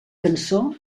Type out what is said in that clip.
cançó